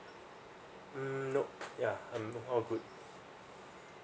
mm nope yeah I'm all good